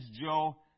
Joe